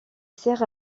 sert